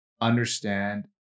understand